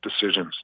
decisions